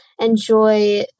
enjoy